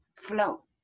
flow